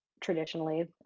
traditionally